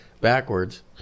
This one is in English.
backwards